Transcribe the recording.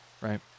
right